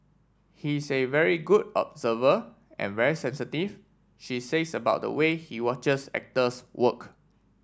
he is a very good observer and very sensitive she says about the way he watches actors work